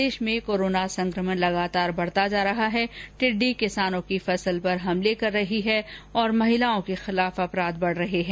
प्रदेश में कोरोना संक्रमण निरन्तर बढता जा रहा है टिड्डी किसानों की फसल पर हमले कर रही है महिलाओं के खिलाफ अपराध बढ रहे हैं